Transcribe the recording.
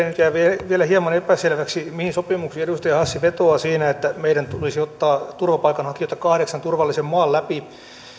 nyt jäi vielä hieman epäselväksi mihin sopimuksiin edustaja hassi vetoaa siinä että meidän tulisi ottaa turvapaikanhakijoita kahdeksan turvallisen maan läpi